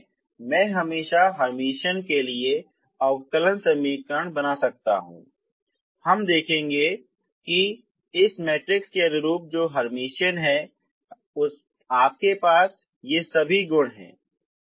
इसीलिए मैं हमेशा हर्मिटियन के लिए अवकलन समीकरण बना सकता हूँ हम देखेंगे कि क्योंकि इस मैट्रिक्स के अनुरूप जो हर्मिटियन है आपके पास ये सभी गुण हैं